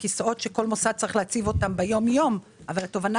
אלה כיסאות שכל המוסד צריך להציב ביום יום אבל התובענה